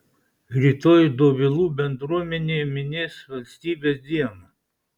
rytoj dovilų bendruomenė minės valstybės dieną